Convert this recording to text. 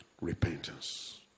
repentance